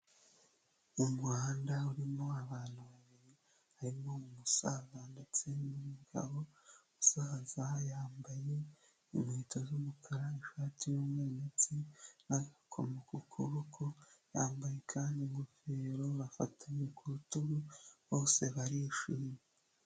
Mu muhanda urimo abantu, barimo umusaza ndetse n'umugabo. Umusaza yambaye inkweto z'umukara ishati y'umweru, ndetse n'agakomo ku kuboko, yambaye kandi ingofero, bafatanye ku rutugu, bose barishimye.